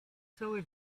cały